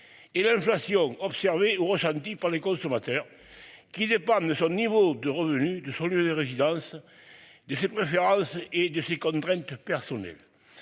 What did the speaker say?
Et l'inflation observé ou ressentie par les consommateurs qui n'est pas de son niveau de revenu de son lieu de résidence de ses préférences et de ses contraintes personnelles.